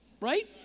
right